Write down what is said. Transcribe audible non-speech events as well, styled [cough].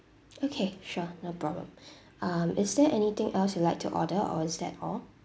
okay sure no problem [breath] um is there anything else you'd like to order or is that all